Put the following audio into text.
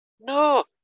No